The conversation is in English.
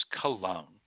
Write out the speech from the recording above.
Cologne